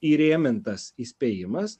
įrėmintas įspėjimas